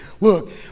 Look